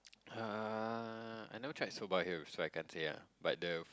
uh I never tried soba here so I can't say ah but the